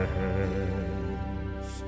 hands